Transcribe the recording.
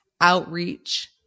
outreach